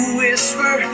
whisper